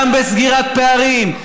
גם בסגירת פערים.